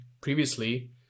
previously